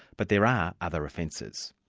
but there are other offences.